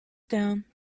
down